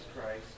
Christ